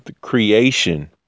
creation